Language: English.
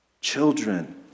Children